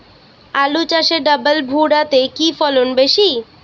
আলু চাষে ডবল ভুরা তে কি ফলন বেশি?